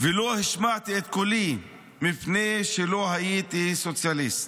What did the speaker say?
ולא השמעתי את קולי משום שלא הייתי סוציאליסט,